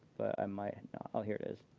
but i might oh, here it is.